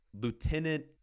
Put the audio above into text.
Lieutenant